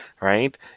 right